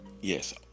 yes